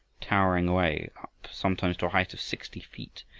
towering away up sometimes to a height of sixty feet,